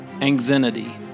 anxiety